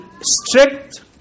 strict